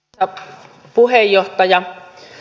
arvoisa puheenjohtaja